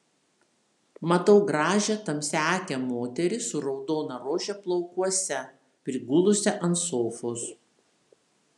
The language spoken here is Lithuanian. matau gražią tamsiaakę moterį su raudona rože plaukuose prigulusią ant sofos